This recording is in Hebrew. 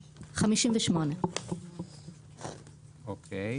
58. אוקיי.